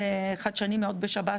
זה חדשני מאוד בשב"ס,